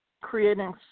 creating